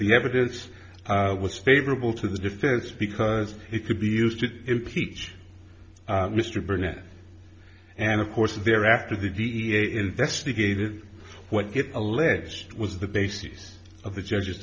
the evidence was favorable to the defense because it could be used to impeach mr burnett and of course they're after the d a investigated what get alleged was the basis of the judge